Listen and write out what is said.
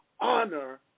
honor